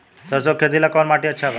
सरसों के खेती ला कवन माटी अच्छा बा?